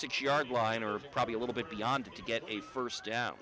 six yard line or probably a little bit beyond to get a first down